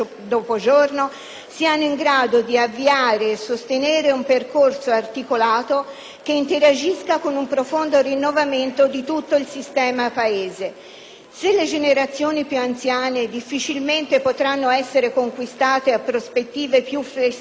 siano in grado di avviare e sostenere un percorso articolato che interagisca con un profondo rinnovamento di tutto il sistema Paese. Se le generazioni più anziane difficilmente potranno essere conquistate a prospettive più flessibili di lavoro,